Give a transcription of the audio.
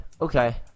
Okay